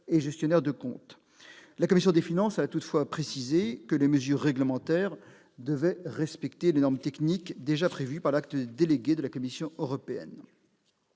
et gestionnaires de comptes. La commission des finances a toutefois précisé que les mesures réglementaires devraient respecter les normes techniques déjà prévues par l'acte délégué de la Commission européenne.